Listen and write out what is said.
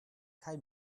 kaj